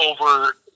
over